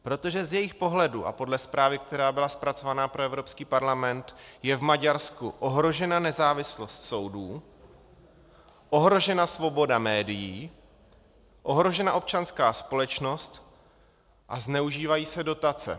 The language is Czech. Protože z jejich pohledu a podle zprávy, která byla zpracována pro Evropský parlament, je v Maďarsku ohrožena nezávislost soudů, ohrožena svoboda médií, ohrožena občanská společnost a zneužívají se dotace.